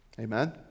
Amen